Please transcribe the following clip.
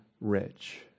rich